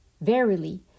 Verily